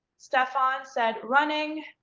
stephon said running.